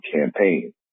campaign